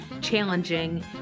challenging